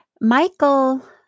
michael